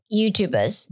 YouTubers